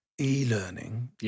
e-learning